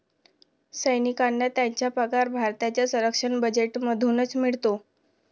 सैनिकांना त्यांचा पगार भारताच्या संरक्षण बजेटमधूनच मिळतो